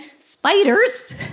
spiders